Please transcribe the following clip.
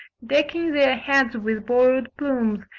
decking their heads with borrowed plumes,